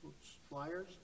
flyers